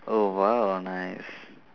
oh !wow! nice